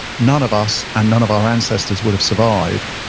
none of us and none of our ancestors would have survived,